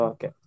Okay